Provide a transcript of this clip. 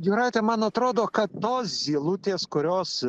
jūrate man atrodo kad tos zylutės kurios